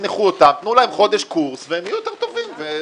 תנו להם חודש קורס והם יהיו יותר טובים.